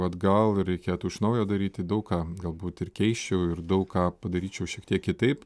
atgal reikėtų iš naujo daryti daug ką galbūt ir keisčiau ir daug ką padaryčiau šiek tiek kitaip